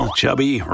chubby